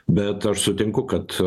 bet aš sutinku kad